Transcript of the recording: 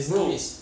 bro